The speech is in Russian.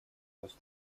рост